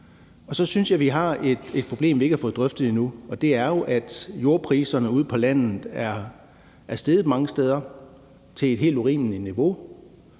Så synes jeg også, vi har et problem, vi ikke har fået drøftet endnu, og det er jo, at jordpriserne ude på landet mange steder er steget til et helt urimeligt niveau,